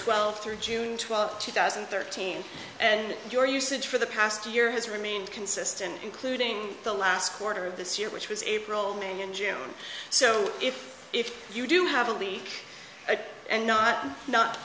twelve through june twelfth two thousand and thirteen and your usage for the past year has remained consistent including the last quarter of this year which was a prologue me in june so if if you do have a week and not not